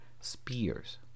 Spears